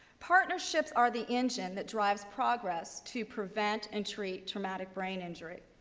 partnerships are the engine that drives progress to prevent and treatment traumatic brain injury.